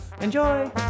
Enjoy